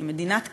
היא מדינת קיץ,